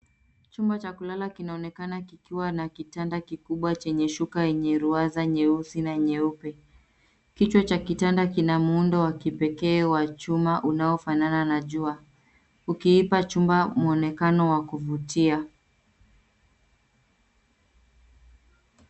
Chumba cha kulala kinaonekana kikiwa na kitanda kikubwa chenye shuka yenye ruaza nyeusi na nyeupe. Kichwa cha kitanda kina muundo wa kipekee wa chuma unaofanana na jua. Ukiipa chumba mwonekano wa kuvutia.